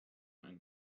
and